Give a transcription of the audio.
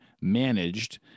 managed